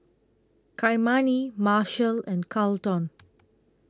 Kymani Marshal and Carleton